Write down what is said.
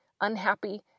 unhappy